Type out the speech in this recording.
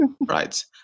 right